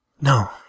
No